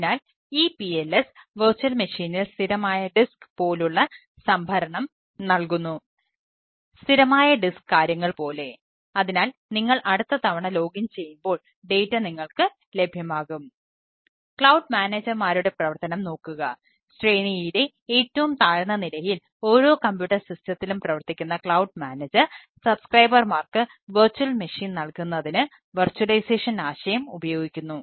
അതിനാൽ ഈ PLS virtual മെഷീനിൽ നിങ്ങൾക്ക് ലഭ്യമാകും